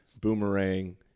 boomerang